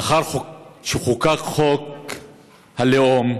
לאחר שחוקק חוק הלאום,